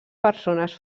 persones